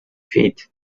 feet